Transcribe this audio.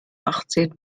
achtzenh